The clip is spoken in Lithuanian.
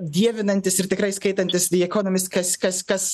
dievinantis ir tikrai skaitantis vy ekonomist kas kas kas